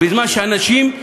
בזמן שאנשים,